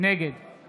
נגד